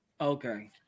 Okay